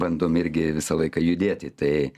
bandom irgi visą laiką judėti tai